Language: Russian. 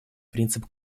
принцип